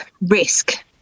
risk